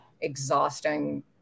exhausting